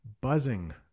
buzzing